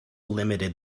limited